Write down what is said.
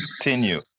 continue